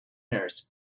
nurse